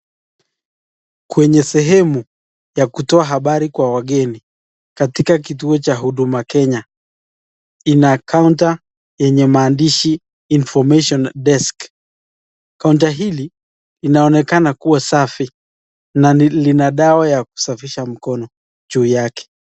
Kwenye sehemu ya kutoa habari kwa wageni katika kituo cha Huduma Kenya. Ina kaunta yenye maandishi information desk . Kaunta hili inaonekana kuwa safi na lina dawa ya kusafisha mkono juu yake.